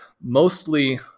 mostly